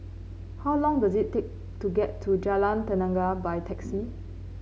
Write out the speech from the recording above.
how long does it take to get to Jalan Tenaga by taxi